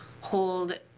hold